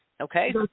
Okay